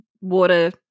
water